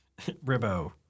Ribbo